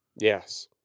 yes